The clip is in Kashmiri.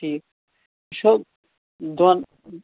ٹھیٖک سیٚود دۄن